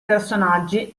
personaggi